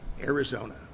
Arizona